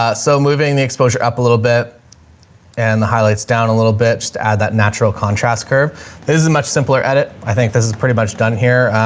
ah so moving the exposure up a little bit and the highlights down a little bit. just add that natural contrast curve. this is a much simpler edit. i think this is pretty much done here.